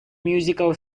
musical